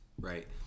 right